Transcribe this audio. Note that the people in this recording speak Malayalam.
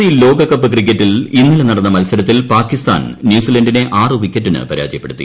സി ലോകകപ്പ് ക്രിക്കറ്റിൽ ഇന്നലെ നടന്ന മൽസരത്തിൽ പാകിസ്ഥാൻ ന്യൂസിലന്റിനെ ആറ് വിക്കറ്റിന് പരാജയപ്പെടുത്തി